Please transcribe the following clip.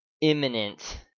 imminent